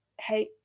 hey